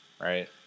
right